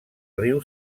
riu